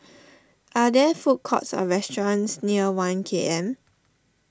are there food courts or restaurants near one K M